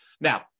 now